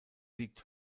liegt